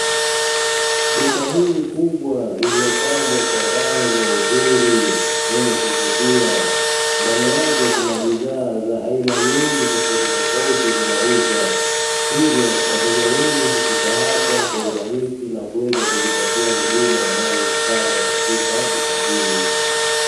Duka hili kubwa lililopambwa kwa bango zuri lenye kuvutia. Ndani yake kuna bidhaa za aina nyingi zinauzwa hivyo wateja wengi hufika hapa kwa urahisi na kuweza kujipatia huduma wanazozitaka katika duka hili.